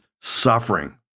suffering